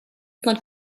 not